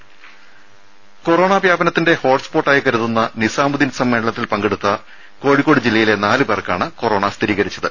ദുദ corona വ്യാപനത്തിന്റെ ഹോട്ട്സ്പോട്ടായി കരുതുന്ന നിസാമുദ്ദീൻ സമ്മേളനത്തിൽ പങ്കെടുത്ത കോഴിക്കോട് ജില്ലയിലെ നാലുപേർക്കാണ് കൊറോണ സ്ഥിരീകരിച്ചത്